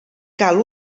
cal